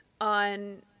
on